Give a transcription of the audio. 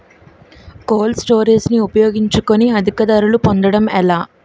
Cold storage ని ఉపయోగించుకొని అధిక ధరలు పొందడం ఎలా?